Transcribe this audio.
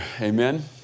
Amen